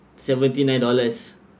seventy nine dollars